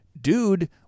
dude